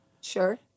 Sure